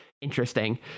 interesting